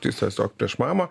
tai tiesiog prieš mamą